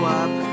up